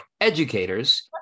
Educators